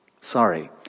Sorry